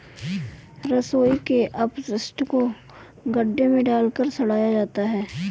रसोई के अपशिष्ट को गड्ढे में डालकर सड़ाया जाता है